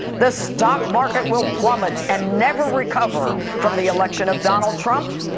the stock market will plummet and never recover from the election of donald trump.